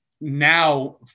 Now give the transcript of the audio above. now